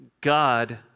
God